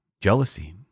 jealousy